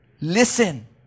Listen